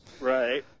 Right